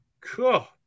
Cool